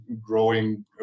growing